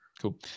cool